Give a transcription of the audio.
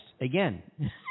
again